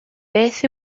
beth